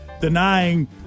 denying